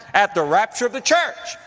at the rapture of the church!